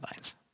guidelines